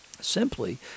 simply